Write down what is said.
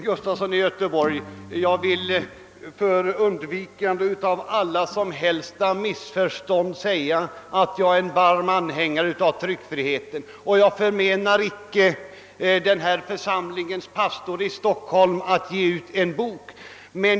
Herr talman! Jag vill, herr Gustafson i Göteborg, för undvikande av varje som helst missförstånd säga att jag är varm anhängare av tryckfriheten, och jag förmenar icke den här församlingens pastor i Stockholm att på eget förlag ge ut en bok.